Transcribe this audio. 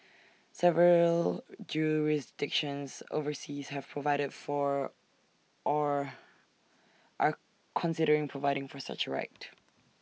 several jurisdictions overseas have provided for or are considering providing for such right